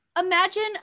Imagine